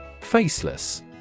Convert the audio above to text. Faceless